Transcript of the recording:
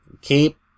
Keep